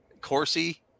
Corsi